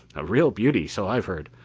a real beauty, so i've heard.